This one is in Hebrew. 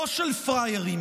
לא של פראיירים,